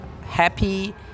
happy